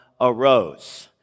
arose